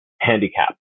handicap